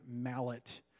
mallet